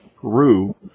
Peru